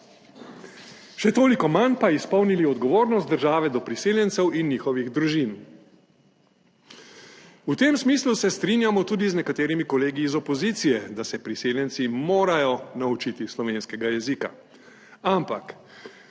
še toliko manj pa izpolnili odgovornost države do priseljencev in njihovih družin. V tem smislu se strinjamo tudi z nekaterimi kolegi iz opozicije, da se priseljenci morajo naučiti slovenskega jezika, ampak